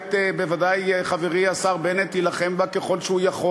בוודאי חברי השר בנט יילחם בה ככל שהוא יכול,